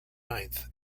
ninth